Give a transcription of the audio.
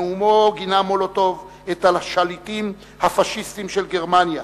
בנאומו גינה מולוטוב את השליטים הפאשיסטים של גרמניה